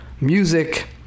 music